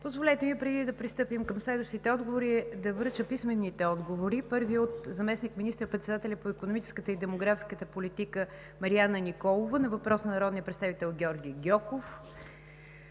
Позволете ми, преди да пристъпим към следващите отговори, да връча писмените отговори. Първият е от заместник министър-председателя по икономическата и демографската политика Мариана Николова на въпрос на народния представител Георги Гьоков.